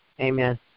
amen